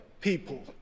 people